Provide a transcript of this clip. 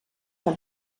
per